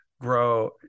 grow